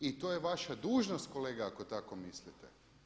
I to je vaša dužnost kolega ako tako mislite.